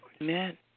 Amen